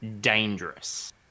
dangerous